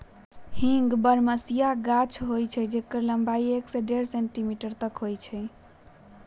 हींग बरहमसिया गाछ होइ छइ जेकर लम्बाई एक से डेढ़ सेंटीमीटर तक होइ छइ